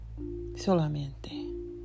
solamente